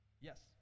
Yes